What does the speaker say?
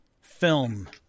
film